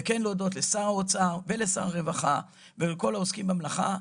וכן להודות לשר האוצר ולשר הרווחה ולכל העוסקים במלאכה,